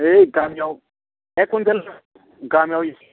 ऐ गामियाव एक क्विनटेल गामियाव